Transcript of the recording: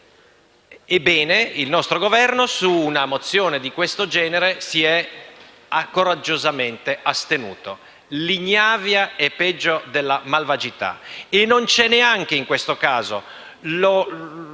Ebbene, il nostro Governo, su una mozione di questo genere, si è coraggiosamente astenuto. L'ignavia è peggio della malvagità; e non c'è neanche in questo caso il